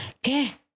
¿Qué